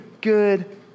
good